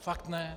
Fakt ne.